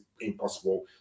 impossible